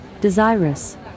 desirous